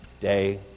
day